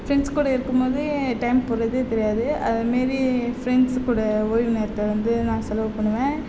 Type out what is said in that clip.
friends கூட இருக்கும் போது டைம் போகிறதே தெரியாது அது மாரி ஃப்ரெண்ட்ஸ் கூட ஓய்வு நேரத்தை வந்து நான் செலவு பண்ணுவேன்